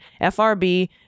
FRB